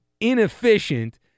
inefficient